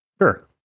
Sure